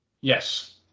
yes